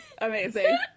Amazing